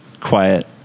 quiet